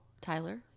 Tyler